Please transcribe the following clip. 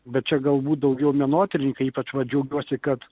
bet čia galbūt daugiau menotyrininkai ypač va džiaugiuosi kad